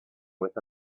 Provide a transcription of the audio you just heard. with